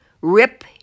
rip